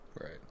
Right